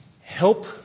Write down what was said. help